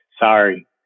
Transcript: sorry